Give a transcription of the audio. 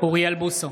אוריאל בוסו,